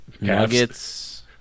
Nuggets